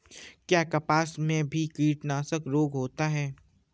क्या कपास में भी कीटनाशक रोग होता है?